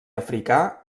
africà